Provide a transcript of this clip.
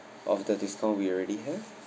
of the discount we already have